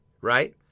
right